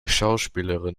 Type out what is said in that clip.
schauspielerin